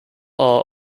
are